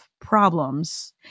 problems